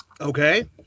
Okay